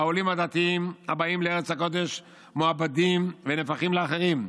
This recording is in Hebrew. העולים הדתיים הבאים לארץ הקודש מעובדים ונהפכים לאחרים.